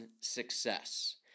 success